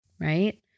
right